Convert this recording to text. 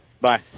Bye